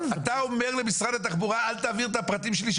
אתה אומר למשרד התחבורה לא להעביר את הפרטים שלי,